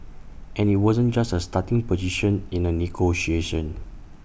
and IT wasn't just A starting position in A negotiation